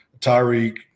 Tyreek